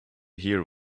hear